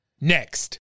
Next